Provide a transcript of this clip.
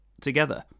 together